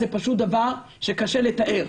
זה פשוט דבר שקשה לתאר.